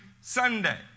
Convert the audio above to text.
Sunday